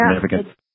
significant